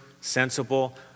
sensible